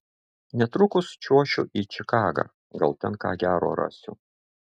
netrukus čiuošiu į čikagą gal ten ką gero rasiu